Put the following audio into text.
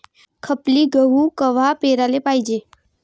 खपली गहू कवा पेराले पायजे?